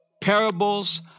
parables